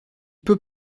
peut